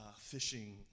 fishing